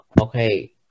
Okay